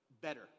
better